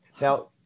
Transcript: Now